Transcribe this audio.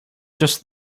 just